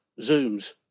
zooms